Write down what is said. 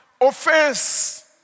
Offense